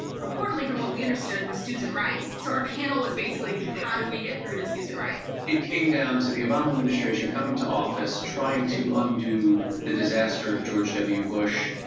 reportedly, from what we understood, was susan rice. so our panel was basically, how do we get through to susan rice? it came down to the obama administration coming to office, trying to undo the disaster of george w. bush,